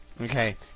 okay